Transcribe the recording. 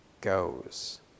goes